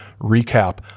recap